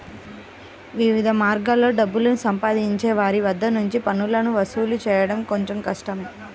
వివిధ మార్గాల్లో డబ్బుని సంపాదించే వారి వద్ద నుంచి పన్నులను వసూలు చేయడం కొంచెం కష్టమే